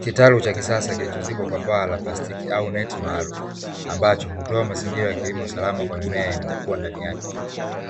Kitalu cha kisasa kilichozibwa kwa paa na plastiki au neti maalumu. Ambacho hutoa mazingira salama kwa mimea inayokuwa ndani yake.